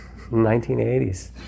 1980s